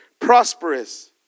prosperous